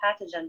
pathogen